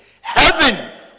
Heaven